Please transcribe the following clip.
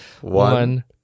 One